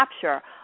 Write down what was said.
capture